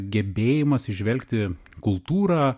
gebėjimas įžvelgti kultūrą